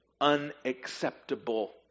unacceptable